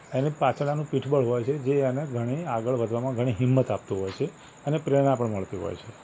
એની પાછળ આનું પીઠબળ હોય છે જે આને ઘણી આગળ વધવામાં ઘણી હિંમત આપતું હોય છે અને પ્રેરણા પણ મળતી હોય છે